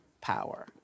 power